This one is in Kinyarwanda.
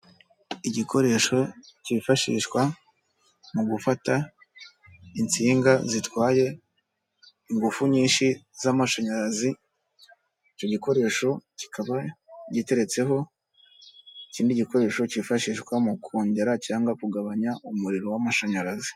Igikoresho cyifashishwa mu gufata insinga zitwaye ingufu nyinshi z'amashanyarazi, icyo gikoresho kikaba giteretseho ikindi gikoresho cyifashishwa mu kongera cyangwa kugabanya umuriro w'amashanyarazi.